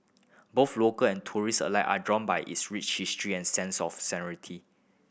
both local and tourist alike are drawn by its rich history and sense of serenity